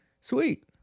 Sweet